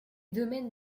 domaine